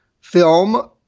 film